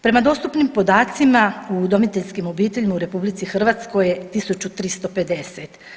Prema dostupnim podacima u udomiteljskim obiteljima u RH je 1.350.